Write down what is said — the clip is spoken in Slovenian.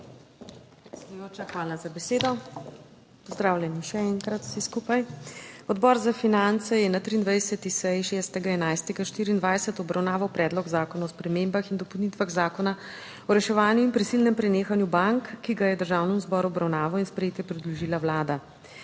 hvala za besedo. Pozdravljeni še enkrat vsi skupaj. Odbor za finance je na 23. seji ,6. 11. 2204, obravnaval Predlog zakona o spremembah in dopolnitvah Zakona o reševanju in prisilnem prenehanju bank, ki ga je Državnemu zboru v obravnavo in sprejetje predložila Vlada.